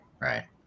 right